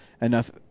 enough